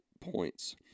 points